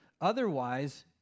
Otherwise